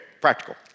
practical